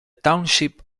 township